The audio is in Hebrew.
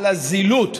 על הזילות,